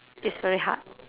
is very hard